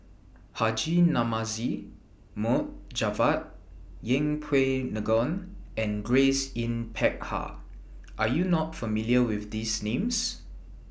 Haji Namazie Mohd Javad Yeng Pway Ngon and Grace Yin Peck Ha Are YOU not familiar with These Names